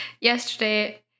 yesterday